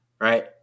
right